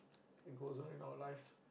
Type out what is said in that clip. it goes on in our life